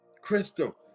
Crystal